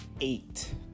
eight